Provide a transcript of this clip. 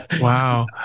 Wow